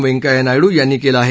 व्यंकय्या नायडू यांनी केलं आहे